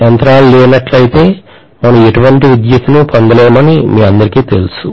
యంత్రాలు లేనట్లయితే మనం ఎటువంటి విద్యుత్తును పొందలేమని మీ అందరికీ తెలుసు